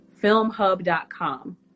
filmhub.com